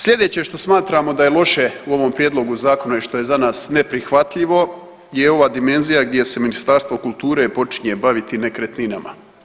Sljedeće što smatramo da je loše u ovom prijedlogu zakona i što je za nas neprihvatljivo je ova dimenzija gdje se Ministarstvo kulture počinje baviti nekretninama.